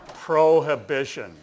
Prohibition